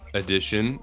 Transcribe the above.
edition